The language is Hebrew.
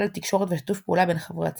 על תקשורת ושיתוף פעולה בין חברי הצוות.